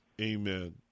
Amen